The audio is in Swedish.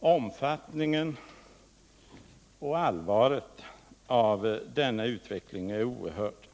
Omfattningen och allvaret av denna utveckling är oerhörd.